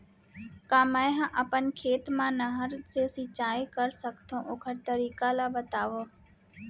का मै ह अपन खेत मा नहर से सिंचाई कर सकथो, ओखर तरीका ला बतावव?